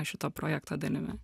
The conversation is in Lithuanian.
šito projekto dalimi